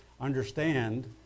understand